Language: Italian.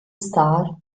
star